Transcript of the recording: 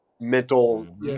mental